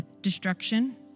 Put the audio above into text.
destruction